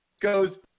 goes